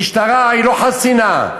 המשטרה לא חסינה,